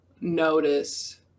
notice